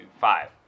Five